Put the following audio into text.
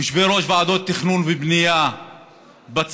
יושבי-ראש ועדות תכנון ובנייה בצפון,